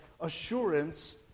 assurance